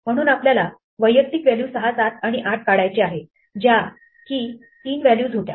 म्हणून आपल्याला वैयक्तिक व्हॅल्यू 6 7 आणि 8 काढायचे आहे ज्या की तीन व्हॅल्यूज होत्या